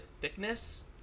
thickness